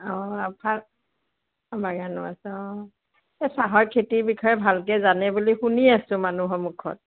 অঁ অফাত বাগানো আছে অঁ এই চাহৰ খেতিৰ বিষয়ে ভালকৈ জানে বুলি শুনি আছো মানুহৰ মুখত